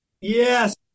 Yes